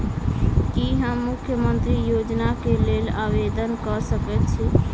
की हम मुख्यमंत्री योजना केँ लेल आवेदन कऽ सकैत छी?